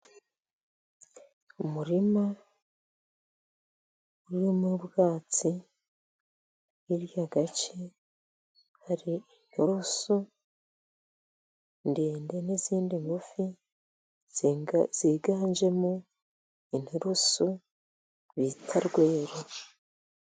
Umurima urimo ubwatsi , hirya gato hari inturusu ndende n'izindi ngufi , ziganjemo inturusu bita rweru.